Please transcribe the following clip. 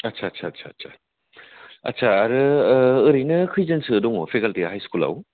आदसा आदसा आदसा आदसा आदसा आरो ओरैनो खयजोनसो दङ फेकाल्टिया हाई स्कुलाव